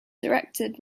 directed